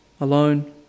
alone